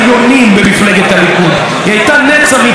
היא הייתה נץ אמיתי: התנגדה לשתי מדינות,